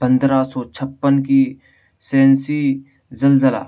پندرہ سو چھپّن کی سینسی زلزلہ